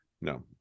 no